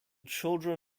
children